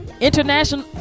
International